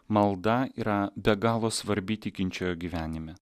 malda yra be galo svarbi tikinčiojo gyvenime